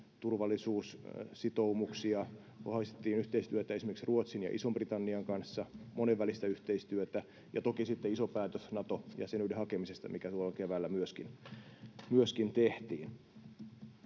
turvallisuussitoumuksia, vahvistettiin yhteistyötä esimerkiksi Ruotsin ja Ison-Britannian kanssa ja monenvälistä yhteistyötä, ja toki sitten iso päätös Nato-jäsenyyden hakemisesta tuolloin keväällä myöskin tehtiin.